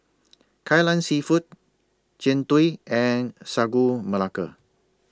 Kai Lan Seafood Jian Dui and Sagu Melaka